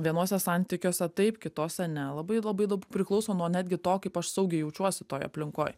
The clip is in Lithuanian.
vienuose santykiuose taip kituose ne labai labai daug priklauso nuo netgi to kaip aš saugiai jaučiuosi toj aplinkoj